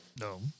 No